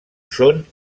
són